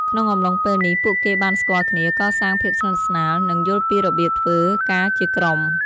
ក្នុងអំឡុងពេលនេះ ពួកគេបានស្គាល់គ្នា កសាងភាពស្និទ្ធស្នាល និងយល់ពីរបៀបធ្វើការជាក្រុម។